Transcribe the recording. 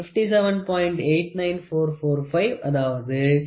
89555 - 57